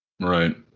Right